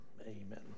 amen